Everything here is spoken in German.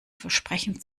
versprechen